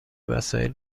وسایل